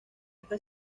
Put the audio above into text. esta